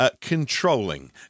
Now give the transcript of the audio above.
Controlling